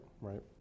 right